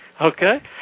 okay